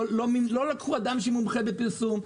לא לקחו אדם שמומחה בפרסום,